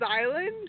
Island